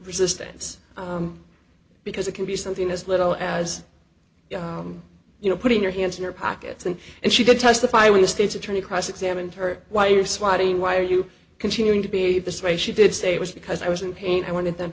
resistance because it can be something as little as you know putting your hands in your pockets and and she could testify when the state's attorney cross examined her while you're swatting why are you continuing to be this ray she did say it was because i was in pain i wanted them